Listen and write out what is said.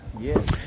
Yes